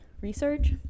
research